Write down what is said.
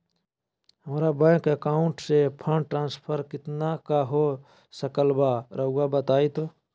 हमरा bank account से fund transfer कितना का हो सकल बा रुआ बताई तो?